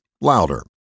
louder